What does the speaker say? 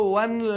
one